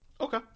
Okay